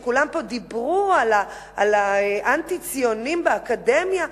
כולם פה דיברו על האנטי-ציונים באקדמיה,